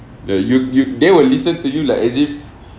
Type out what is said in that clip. uh you you they will listen to you like as if